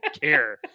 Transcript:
care